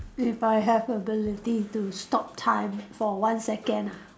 if I have ability to stop time for one second ah